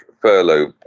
furlough